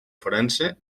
forense